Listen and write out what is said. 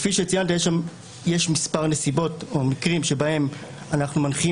כפי שציינת יש מספר נסיבות או מקרים שבהם אנחנו מנחים